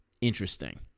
interesting